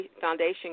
Foundation